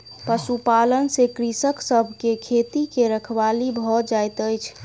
पशुपालन से कृषक सभ के खेती के रखवाली भ जाइत अछि